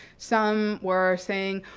some were saying,